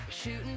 shooting